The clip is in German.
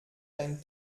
dein